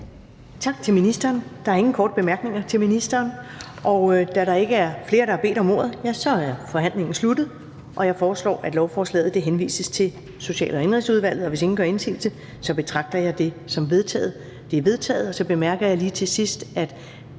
Tak til ministeren. Der er ingen korte bemærkninger til ministeren. Og da der ikke er flere, der har bedt om ordet, er forhandlingen sluttet. Jeg foreslår, at lovforslaget henvises til Social- og Indenrigsudvalget, og hvis ingen gør indsigelse, betragter jeg det som vedtaget. Det er vedtaget. Så bemærker jeg lige til sidst, at